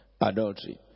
adultery